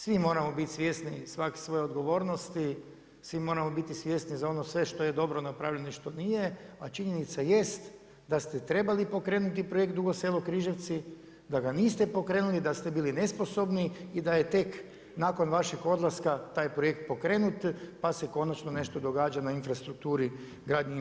Svi moramo biti svjesni, svaki svoje odgovornosti, svi moramo biti svjesni za ono sve što je dobro napravljeno i što nije, a činjenica jest da ste trebali pokrenuti projekt Dugo Selo-Križevci, da ga niste pokrenuli, da ste bili nesposobni i da je tek nakon vašeg odlaska taj projekt pokrenut pa se konačno nešto događa na gradnji infrastrukture u željeznici.